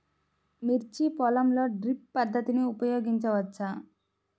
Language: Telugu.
మిర్చి పొలంలో డ్రిప్ పద్ధతిని ఉపయోగించవచ్చా?